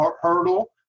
hurdle